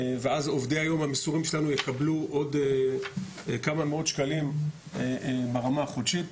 ואז עובדי היום המסורים שלנו יקבלו עוד כמה מאות שקלים ברמה החודשית.